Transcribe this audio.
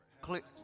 Click